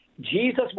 Jesus